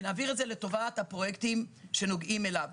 ונעביר את זה לטובת הפרויקטים שנוגעים אליו,